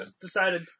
Decided